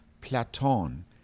Platon